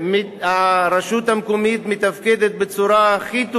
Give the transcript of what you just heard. והיום הרשות המקומית מתפקדת בצורה הכי טובה.